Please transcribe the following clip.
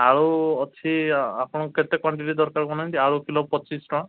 ଆଉ ଅଛି ଆପଣଙ୍କୁ କେତେ କ୍ଵାଣ୍ଟିଟି ଦରକାର କହୁନାହାନ୍ତି ଆଳୁ କିଲୋ ପଚିଶ ଟଙ୍କା